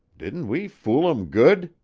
didn't we fool em good?